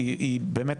היא באמת